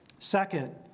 Second